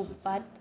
कूपात्